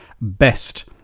Best